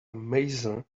maser